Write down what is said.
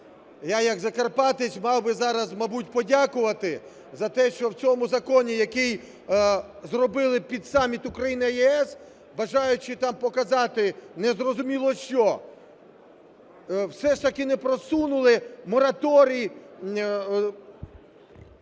я як закарпатець мав би зараз, мабуть, подякувати за те, що в цьому законі, який зробили під саміт Україна - ЄС, бажаючи там показати незрозуміло що, все ж таки не просунули мораторій…